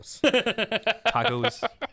Tacos